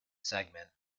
segment